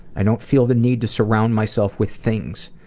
i don't feel the need to surround myself with things.